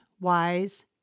wise